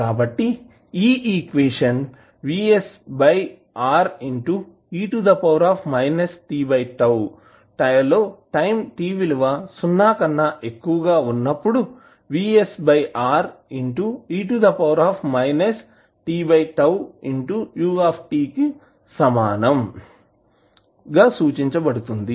కాబట్టి ఈ equation time t విలువ 0 కన్నా ఎక్కువగా ఉన్నప్పుడు కు సమానం గా సూచించబడుతుంది